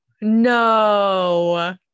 No